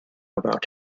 about